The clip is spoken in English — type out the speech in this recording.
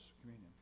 communion